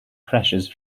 pressures